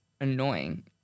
annoying